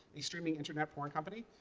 a streaming internet porn company,